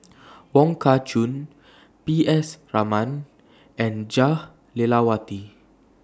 Wong Kah Chun P S Raman and Jah Lelawati